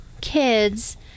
Kids